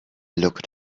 looked